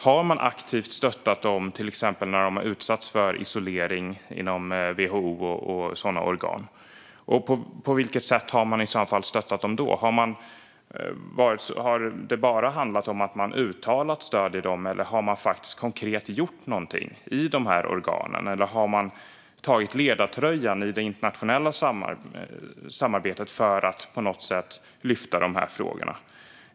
Har man aktivt stöttat dem, till exempel när de utsatts för isolering inom WHO och sådana organ? På vilket sätt har man i så fall stöttat dem? Har det bara handlat om att man uttalat stöd för dem, eller har man gjort något konkret i de här organen? Har man tagit ledartröjan i det internationella samarbetet för att på något sätt lyfta fram de här frågorna?